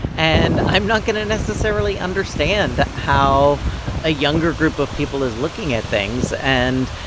and i'm not going to necessarily understand how a younger group of people is looking at things. and,